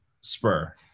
Spur